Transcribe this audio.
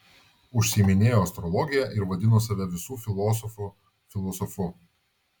užsiiminėjo astrologija ir vadino save visų filosofų filosofu